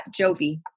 Jovi